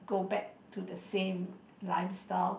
go back to the same lifestyle